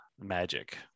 magic